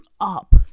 up